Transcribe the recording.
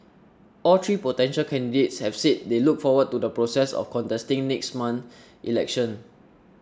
all three potential candidates have said they look forward to the process of contesting next month's election